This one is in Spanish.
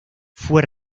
fue